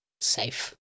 safe